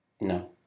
No